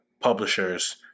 publishers